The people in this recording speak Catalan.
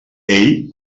ell